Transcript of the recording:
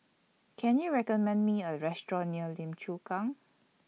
Can YOU recommend Me A Restaurant near Lim Chu Kang